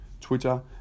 Twitter